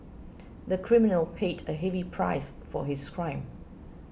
the criminal paid a heavy price for his crime